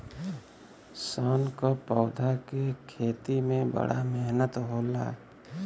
सन क पौधा के खेती में बड़ा मेहनत होला